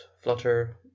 flutter